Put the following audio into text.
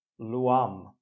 Luam